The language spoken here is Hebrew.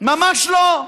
ממש לא.